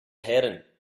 héireann